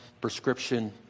prescription